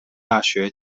大学